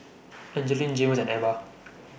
Angelique Jaymes and Ebba